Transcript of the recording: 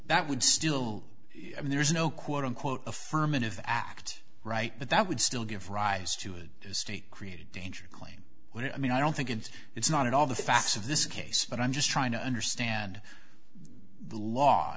that would still i mean there's no quote unquote affirmative act right but that would still give rise to a state created danger claim what i mean i don't think and it's not at all the facts of this case but i'm just trying to understand the law